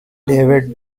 david